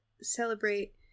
celebrate